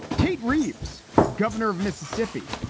tate reeves, governor of mississippi.